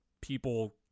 people